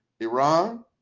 Iran